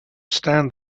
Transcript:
stand